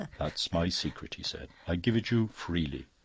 that's my secret, he said. i give it you freely.